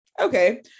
okay